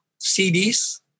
CDs